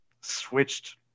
switched